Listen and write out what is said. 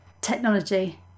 technology